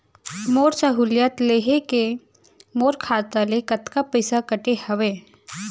मोर सहुलियत लेहे के मोर खाता ले कतका पइसा कटे हवये?